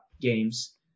games